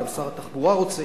וגם שר התחבורה רוצה.